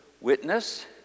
witness